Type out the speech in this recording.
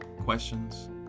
questions